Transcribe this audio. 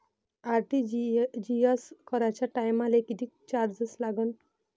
RTGS कराच्या टायमाले किती चार्ज लागन?